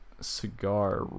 cigar